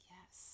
Yes